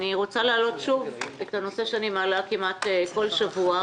אני רוצה להעלות שוב את הנושא שאני מעלה כמעט בכל שבוע,